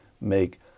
make